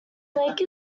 lake